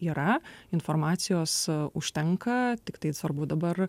yra informacijos užtenka tiktai svarbu dabar